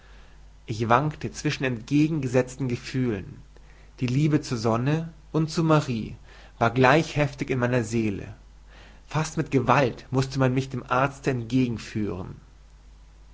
ich wankte zwischen entgegengesetzten gefühlen die liebe zur sonne und zu marie waren gleich heftig in meiner seele fast mit gewalt mußte man mich dem arzte